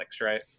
right